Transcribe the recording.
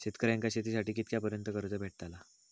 शेतकऱ्यांका शेतीसाठी कितक्या पर्यंत कर्ज भेटताला?